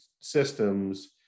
systems